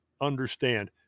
understand